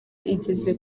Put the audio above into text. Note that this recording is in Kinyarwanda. igeze